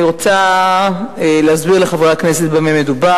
אני רוצה להסביר לחברי הכנסת במה מדובר.